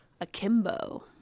Akimbo